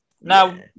Now